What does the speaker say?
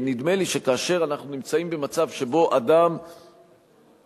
נדמה לי שכאשר אנחנו נמצאים במצב שבו אדם